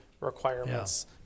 requirements